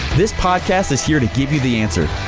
this podcast is here to give you the answer.